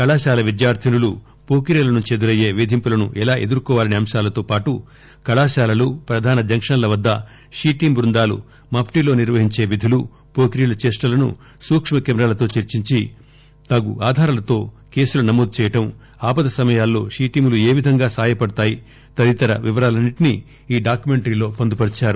కళాశాల విద్యార్ధినులు పోకిరీల నుండి ఎదురయ్యే పేధింపులను ఎలా ఎదుర్కోవాలసే అంశాలతోపాటు కళాశాలలు ప్రధాన జంక్షన్ల వద్ద షీ టీమ్ బృందాలు మష్టీలో నిర్వహించే విధులు పోకిరీల చేష్ణలను సూక్కు కెమెరాలతో చిత్రించి తగు ఆధారాలతో కేసులను నమోదు చేయడం ఆపద సమయాలలో షీ టీమ్ లు ఏ విధంగా సాయపడతాయి తదితర వివరాలన్ని ంటినీ ఈ డాక్యుమెంటరీలో పొందుపరచారు